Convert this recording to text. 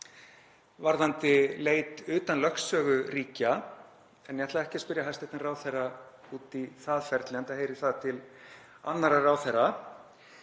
varðandi leit utan lögsögu ríkja. En ég ætla ekki að spyrja hæstv. ráðherra út í það ferli enda heyrir það til annarra ráðherra.